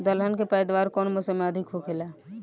दलहन के पैदावार कउन मौसम में अधिक होखेला?